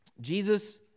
Jesus